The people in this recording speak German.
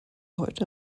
heute